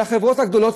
של החברות הגדולות.